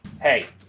Hey